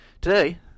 today